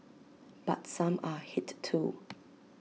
but some are hit too